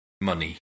money